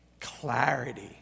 clarity